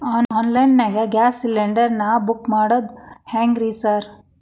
Online ನಾಗ gas cylinder ನಾ book ಮಾಡೋದ್ ಹೆಂಗ್ರಿ ಸಾರ್?